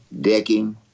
Decking